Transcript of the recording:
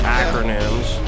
acronyms